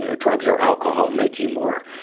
you know drugs or alcohol make you more, ah,